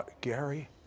Gary